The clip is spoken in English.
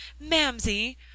Mamsie